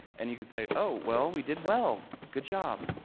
and you can say, oh, well, we did well, good job.